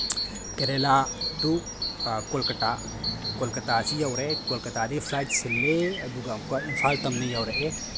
ꯀꯦꯔꯦꯂꯥꯗꯨ ꯀꯣꯜꯀꯇꯥ ꯀꯣꯜꯀꯇꯥꯁꯤ ꯌꯧꯔꯦ ꯀꯣꯜꯀꯇꯥꯗꯒꯤ ꯐ꯭ꯂꯥꯏꯠ ꯁꯤꯜꯂꯦ ꯑꯗꯨꯒ ꯑꯃꯨꯛꯀ ꯏꯝꯐꯥꯜ ꯇꯝꯅ ꯌꯧꯔꯛꯑꯦ